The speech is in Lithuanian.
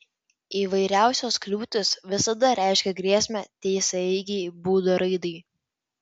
įvairiausios kliūtys visada reiškia grėsmę tiesiaeigei būdo raidai